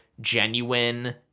genuine